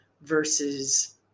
versus